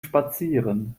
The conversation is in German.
spazieren